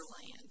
land